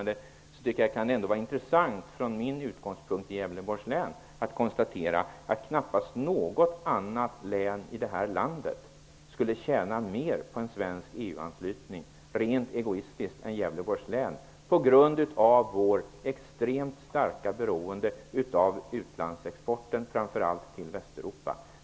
Det kan vara intressant från min utgångspunkt i Gävleborgs län att konstatera att knappast något annat län i det här landet skulle tjäna mer på en svensk EU-anslutning än Gävleborgs län, rent egoistiskt, på grund av vårt extremt starka beroende av exporten till framför allt Västeuropa.